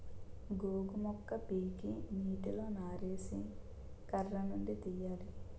గోగు మొక్క పీకి నీటిలో నానేసి కర్రనుండి తీయాలి